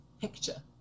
picture